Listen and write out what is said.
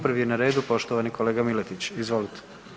Prvi je na redu poštovani kolega Miletić, izvolite.